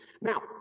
Now